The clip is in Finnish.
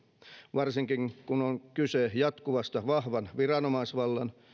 varsinkin kun on kyse jatkuvasta vahvan viranomaisvallan